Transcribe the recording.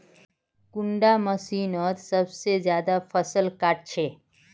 कुंडा मशीनोत सबसे ज्यादा फसल काट छै?